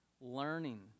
learning